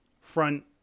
front